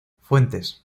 fuentes